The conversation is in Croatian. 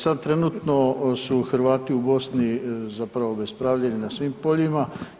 Sad trenutno su Hrvati u Bosni zapravo obespravljeni na svim poljima.